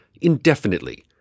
indefinitely